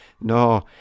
No